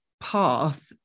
path